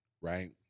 right